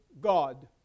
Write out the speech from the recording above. God